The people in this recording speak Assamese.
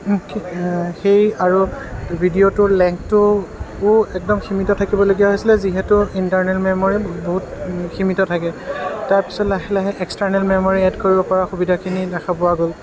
সেই আৰু ভিডিঅ'টোৰ লেঙঠটোও একদম সীমিত থাকিবলগীয়া হৈছিলে যিহেতু ইণ্টাৰনেল মেমৰি বহুত সীমিত থাকে তাৰপিছত লাহে লাহে এক্সাটাৰ্ণেল মেমৰি এড কৰিব পৰা সুবিধাখিনি দেখা পোৱা গ'ল